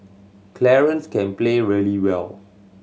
Clarence can play really well